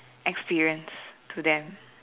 experience to them